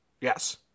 Yes